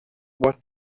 what